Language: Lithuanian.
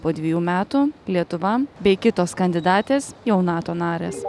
po dvejų metų lietuva bei kitos kandidatės jau nato narės